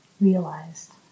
realized